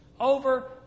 Over